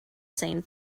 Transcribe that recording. same